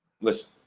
listen